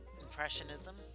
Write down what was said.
impressionism